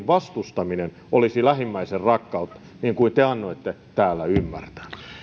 vastustaminen olisi lähimmäisenrakkautta niin kuin te annoitte täällä ymmärtää